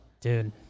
dude